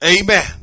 Amen